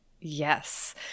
yes